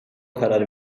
karar